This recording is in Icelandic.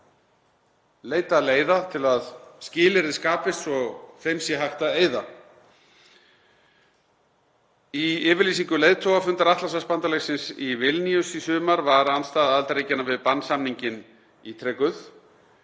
leita leiða til að skilyrði skapist svo þeim sé hægt að eyða. Í yfirlýsingu leiðtogafundar Atlantshafsbandalagsins í Vilníus í sumar var andstaða aðildarríkjanna við bannsamninginn ítrekuð,